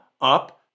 up